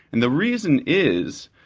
and the reason is,